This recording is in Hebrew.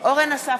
אורן אסף